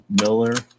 miller